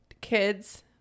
kids